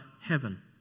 heaven